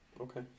Okay